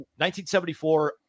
1974